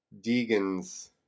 Deegan's